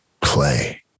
Play